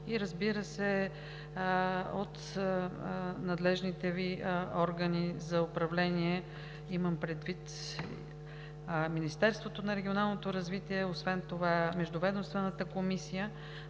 и, разбира се, от надлежните Ви органи за управление – имам предвид Министерството на регионалното развитие и благоустройството и Междуведомствената комисия.